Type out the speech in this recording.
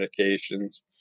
medications